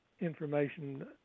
information